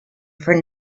for